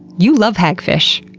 you love hagfish.